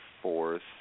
fourth